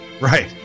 right